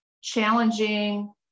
Challenging